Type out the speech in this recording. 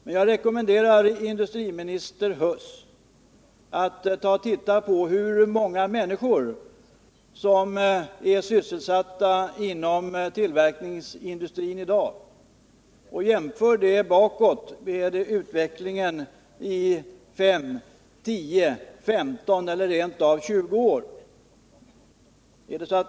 Men jag rekommenderar industriminister Huss att jämföra hur många människor som är sysselsatta inom tillverkningsindustrin i dag med förhållandena för 5, 10, 15 eller rent av 20 år sedan.